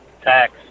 tax